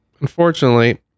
unfortunately